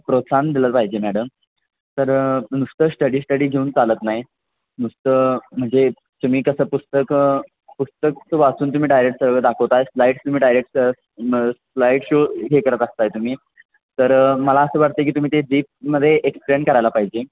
प्रोत्साहन दिलं पाहिजे मॅडम तर नुसतं स्टडी स्टडी घेऊन चालत नाही नुसतं म्हणजे तुम्ही कसं पुस्तकं पुस्तकं वाचून तुम्ही डायरेक्ट सगळं दाखवत आहे स्लाईड्स तुम्ही डायरेक्ट स स्लाईड शो हे करत असत आहे तुम्ही तर मला असं वाटतं आहे की तुम्ही ते डीपमध्ये एक्सप्लेन करायला पाहिजे